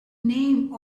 name